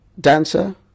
dancer